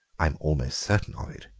i'm almost certain of it.